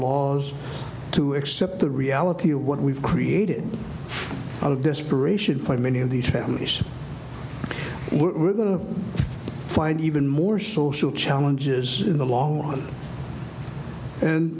laws to accept the reality of what we've created out of desperation for many of these families we're going to find even more social challenges in the long run and